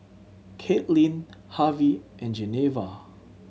Kaitlynn Harvie and Geneva